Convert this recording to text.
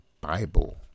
Bible